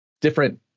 different